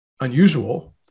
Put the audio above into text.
unusual